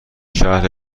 شرح